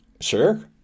Sure